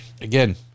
again